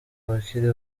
bakiri